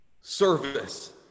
service